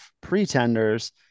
pretenders